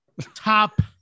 top